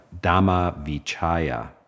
Dhamma-vichaya